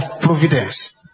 providence